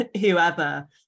whoever